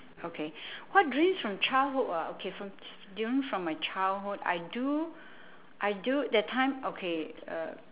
okay what dreams from childhood ah okay from during from my childhood I do I do that time okay uh